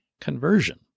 conversion